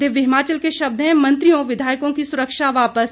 दिव्य हिमाचल के शब्द हैं मंत्रियों विधायकों की सुरक्षा वापस